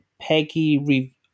Peggy